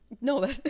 No